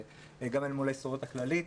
גם אל מול ההסתדרות הכללית,